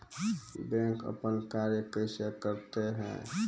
Bank अपन कार्य कैसे करते है?